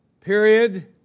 period